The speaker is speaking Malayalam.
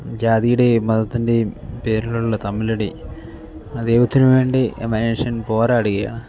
ജാതിയുടേയും മതത്തിൻ്റേയും പേരിലുള്ള തമ്മിലടി ദൈവത്തിനുവേണ്ടി മനുഷ്യൻ പോരാടുകയാണ്